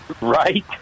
Right